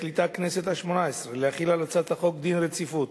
החליטה הכנסת השמונה-עשרה להחיל על הצעת החוק דין רציפות